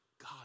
God